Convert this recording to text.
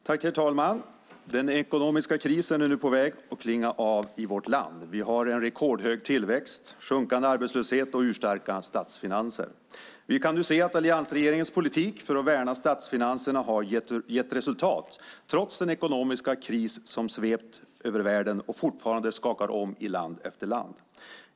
Herr talman! Den ekonomiska krisen är nu på väg att klinga av i vårt land. Vi har en rekordhög tillväxt, sjunkande arbetslöshet och urstarka statsfinanser. Vi kan nu se att alliansregeringens politik för att värna statsfinanserna har gett resultat trots den ekonomiska kris som svept över världen och fortfarande skakar om i land efter land.